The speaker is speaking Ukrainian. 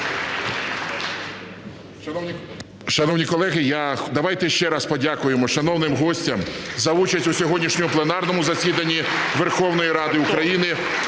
Шановні колеги, давайте ще раз подякуємо шановним гостям за участь у сьогоднішньому пленарному засіданні Верховної Ради України